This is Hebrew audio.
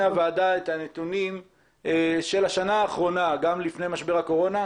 הנתונים של השנה האחרונה, גם לפני משבר הקורונה,